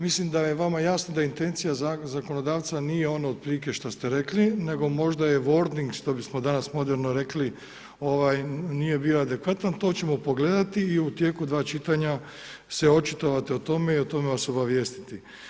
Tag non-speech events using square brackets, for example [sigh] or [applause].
Mislim da je vama jasno da intencija zakonodavca nije ono otprilike što ste rekli nego možda je ... [unintelligible] što bismo danas moderno rekli nije bio adekvatan, to ćemo pogledati i u tijeku dva čitanja se očitovati o tome i o tome ga obavijestiti.